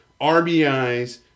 RBIs